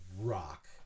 rock